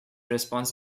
response